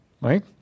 Right